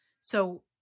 So-